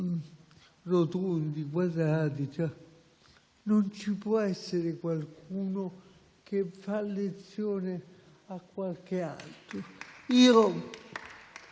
rotondi o quadrati, non ci può essere qualcuno che dà lezioni a qualcun altro.